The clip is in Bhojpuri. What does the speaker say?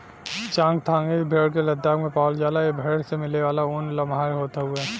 चांगथांगी भेड़ के लद्दाख में पावला जाला ए भेड़ से मिलेवाला ऊन लमहर होत हउवे